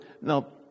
now